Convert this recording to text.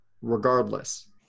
regardless